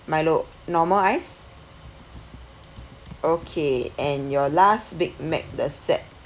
milo normal ice okay and your last big mac the set